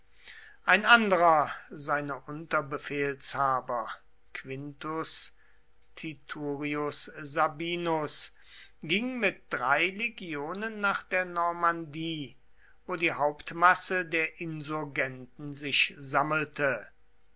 ein anderer seiner unterbefehlshaber quintus titurius sabinus ging mit drei legionen nach der normandie wo die hauptmasse der insurgenten sich sammelte